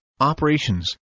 operations